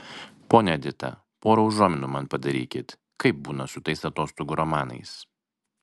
ponia edita pora užuominų man padarykit kaip būna su tais atostogų romanais